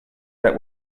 that